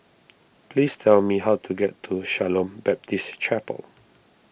please tell me how to get to Shalom Baptist Chapel